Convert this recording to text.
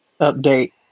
update